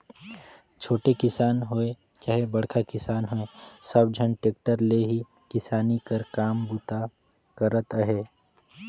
छोटे किसान होए चहे बड़खा किसान होए सब झन टेक्टर ले ही किसानी कर काम बूता करत अहे